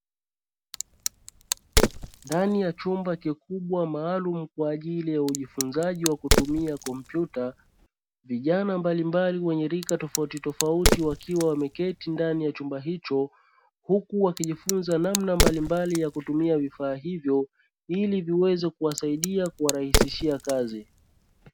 Ndani ya chumba kikubwa maalumu kwa ajili ya ujifunzaji wa kutumia kompyuta, vijana mbalimbali wenye rika tofautitofauti wakiwa wameketi ndani ya hicho, huku wakijifunza namna ya mbalimbali ya kutumia vifaa hivyo ili ziweze kuwasaidia kuwarahisishia kazi.